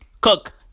Cook